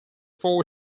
four